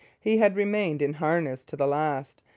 he had remained in harness to the last,